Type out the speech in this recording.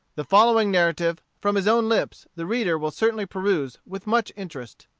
the following narrative from his own lips, the reader will certainly peruse with much interest.